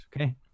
okay